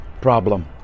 problem